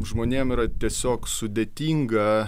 žmonėm yra tiesiog sudėtinga